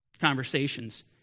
conversations